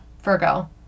Virgo